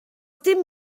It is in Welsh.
dim